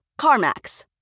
CarMax